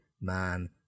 man